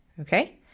okay